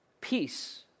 peace